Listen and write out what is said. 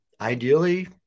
Ideally